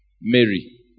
Mary